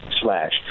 slash